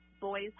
boys